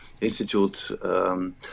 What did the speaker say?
institute